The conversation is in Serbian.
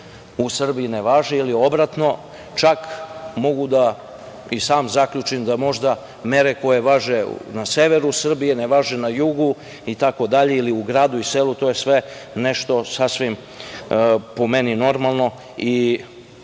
u Srbiji ne važe, ili obratno. Čak mogu i sam da zaključim da možda mere koje važe na severu Srbije ne važe na jugu itd, ili u gradu i selu. To je sve nešto sasvim, po meni, normalno. Zato